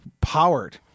powered